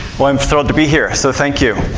but um thrilled to be here, so thank you.